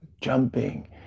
jumping